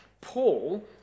Paul